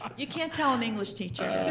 um you can't tell an english teacher